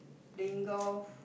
playing golf